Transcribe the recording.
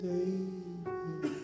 David